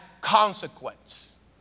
consequence